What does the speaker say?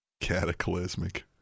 Cataclysmic